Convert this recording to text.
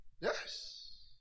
Yes